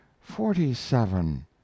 forty-seven